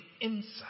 inside